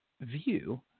view